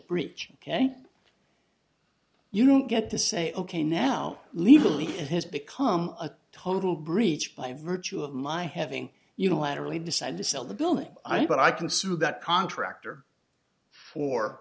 breach ok you don't get to say ok now legally it has become a total breach by virtue of my having unilaterally decide to sell the building i but i can sue that contractor for